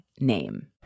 name